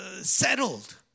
settled